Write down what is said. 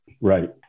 Right